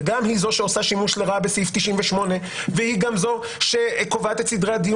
גם היא זו שעושה שימוש לרעה בסעיף 98 והיא גם זו שקובעת את סדרי הדיון.